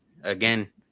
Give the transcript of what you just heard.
again